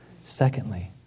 Secondly